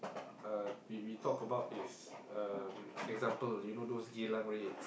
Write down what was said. uh we we talk about is um example you know those Geylang raids